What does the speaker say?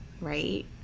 Right